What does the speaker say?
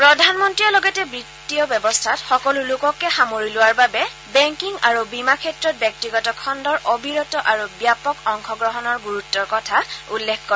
প্ৰধানমন্ত্ৰীয়ে লগতে বিত্তীয় ব্যৱস্থাত সকলো লোককে সামৰি লোৱাৰ বাবে বেংকিং আৰু বীমা ক্ষেত্ৰত ব্যক্তিগত খণুৰ অবিৰত আৰু ব্যাপক অংশগ্ৰহণৰ গুৰুত্বৰ কথা উল্লেখ কৰে